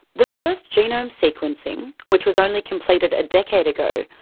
the first genome sequencing, which was only completed a decade ago,